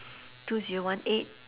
two zero one eight